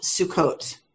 Sukkot